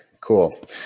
Cool